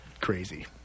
Crazy